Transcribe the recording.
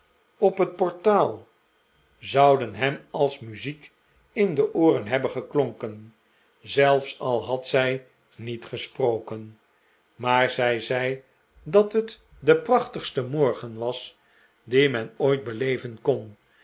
op het portaal zouden hem als muziek in de ooren hebben geklonken zelfs al had zij niet gesproken maar zij zei dat het de prachtigste morgen was dien men ooit beleven kon